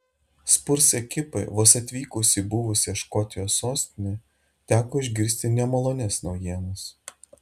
spurs ekipai vos atvykus į buvusią škotijos sostinę teko išgirsti nemalonias naujienas